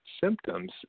symptoms